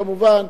כמובן,